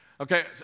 Okay